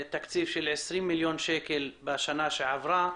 מדובר תקציב של 20 מיליון שקל בשנה שעברה.